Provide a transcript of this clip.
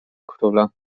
króla